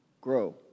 Grow